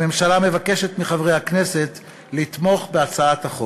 הממשלה מבקשת מחברי הכנסת לתמוך בהצעת החוק.